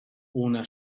una